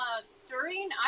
stirring